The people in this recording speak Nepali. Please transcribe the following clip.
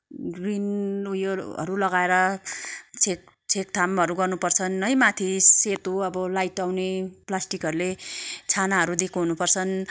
ग्रीन उयोहरू लगाएर छेक छेकथामहरू गर्नु पर्छन् है माथि सेतो अब लाइट आउने प्लास्टिकहरूले छानाहरू दिएको हुनुपर्छन्